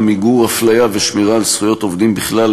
מיגור אפליה ושמירה על זכויות עובדים בכלל,